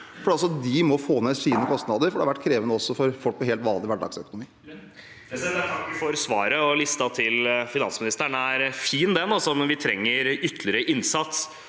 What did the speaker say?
de må få ned sine kostnader, for det har vært krevende også for folk med helt vanlig hverdagsøkonomi.